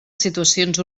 situacions